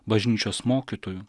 bažnyčios mokytoju